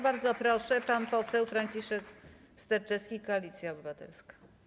Bardzo proszę, pan poseł Franciszek Sterczewski, Koalicja Obywatelska.